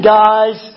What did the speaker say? guys